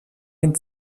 den